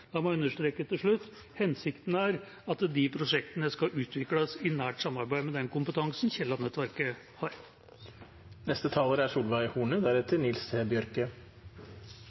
La meg understreke til slutt: Hensikten er at de prosjektene skal utvikles i nært samarbeid med den kompetansen